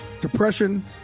Depression